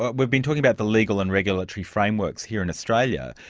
ah we've been talking about the legal and regulatory frameworks here in australia,